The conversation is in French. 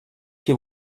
que